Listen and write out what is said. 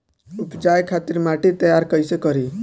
उपजाये खातिर माटी तैयारी कइसे करी?